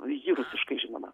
ji rusiškai žinoma